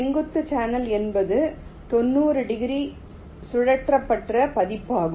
செங்குத்து சேனல் என்பது தொண்ணூறு டிகிரி சுழற்றப்பட்ட பதிப்பாகும்